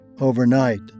overnight